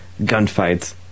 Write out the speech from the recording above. gunfights